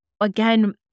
Again